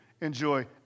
enjoy